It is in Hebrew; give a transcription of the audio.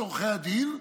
שלושת עורכי הדין,